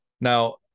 now